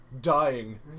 dying